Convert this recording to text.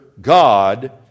God